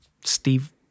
Steve